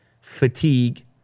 Fatigue